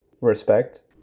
respect